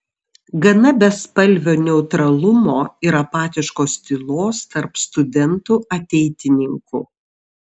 gana bespalvio neutralumo ir apatiškos tylos tarp studentų ateitininkų